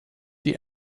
die